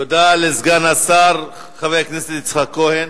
תודה לסגן השר, חבר הכנסת יצחק כהן.